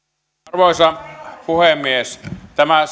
arvoisa puhemies tämä